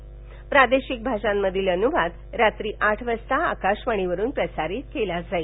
तर प्रादेशिक भाषांमधील अनुवाद रात्री आठ वाजता आकाशवाणीवरून प्रसारित करण्यात येईल